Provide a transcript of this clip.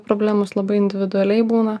problemos labai individualiai būna